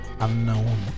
unknown